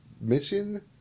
mission